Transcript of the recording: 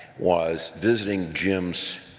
was visiting jim's